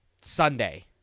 Sunday